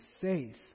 faith